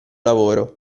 lavoro